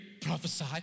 prophesy